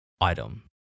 item